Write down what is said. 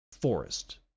forest